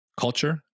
culture